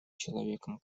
человеком